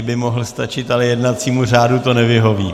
Mně by mohl stačit, ale jednacímu řádu to nevyhoví.